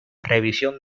revisión